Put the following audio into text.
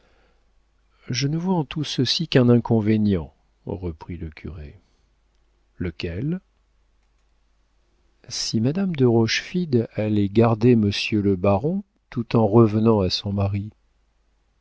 je ne vois à tout ceci qu'un inconvénient reprit le curé lequel si madame de rochefide allait garder monsieur le baron tout en revenant à son mari